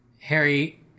Harry